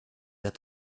that